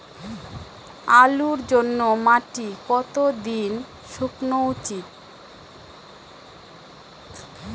আলুর জন্যে মাটি কতো দিন শুকনো উচিৎ?